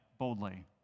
boldly